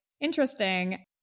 interesting